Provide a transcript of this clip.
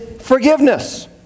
forgiveness